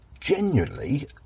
genuinely